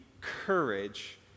courage